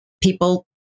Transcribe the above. people